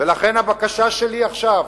ולכן הבקשה שלי עכשיו,